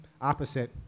opposite